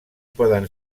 poden